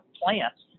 plants